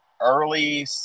early